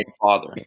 father